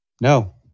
No